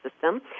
system